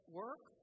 work